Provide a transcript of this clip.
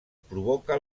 provoca